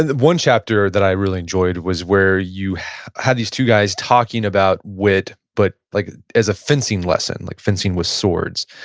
and one chapter that i really enjoyed was where you had these two guys talking about wit, but like as a fencing lesson, like fencing with swords.